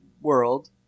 world